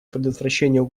предотвращению